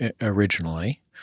originally